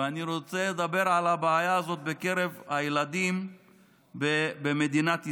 ואני רוצה לדבר על הבעיה הזאת בקרב הילדים במדינת ישראל.